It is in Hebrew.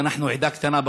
ואנחנו עדה קטנה,